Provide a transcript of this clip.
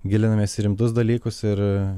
gilinamės į rimtus dalykus ir